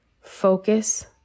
focus